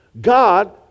God